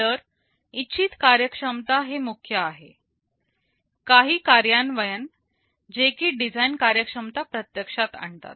तर इच्छित कार्यक्षमता हे मुख्य आहे काही कार्यान्वयन जे की डिझाईन कार्यक्षमता प्रत्यक्षात आणतात